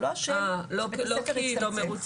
הוא לא אשם שבית הספר הצטמצם,